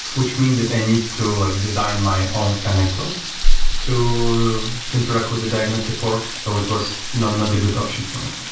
which means that i need to like design my own connector to interact with a diagnostic port. so it was not not a good option for me.